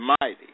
mighty